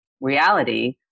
reality